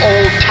Old